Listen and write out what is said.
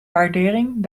waardering